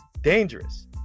dangerous